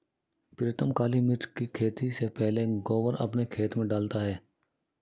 प्रीतम काली मिर्च की खेती से पहले गोबर अपने खेत में डालता है